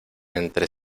entre